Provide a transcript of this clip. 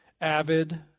Avid